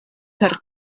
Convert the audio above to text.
per